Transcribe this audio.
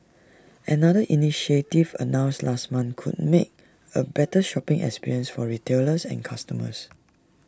another initiative announced last month could make A better shopping experience for retailers and customers